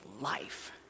life